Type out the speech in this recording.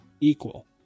equal